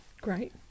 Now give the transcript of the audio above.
Great